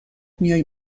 میای